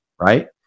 right